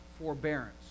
forbearance